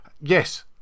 Yes